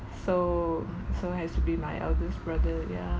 so so has to be my eldest brother yeah